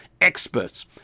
experts